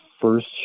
first